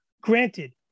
granted